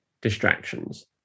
distractions